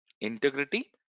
integrity